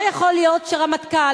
לא יכול להיות שהרמטכ"ל,